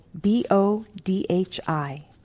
B-O-D-H-I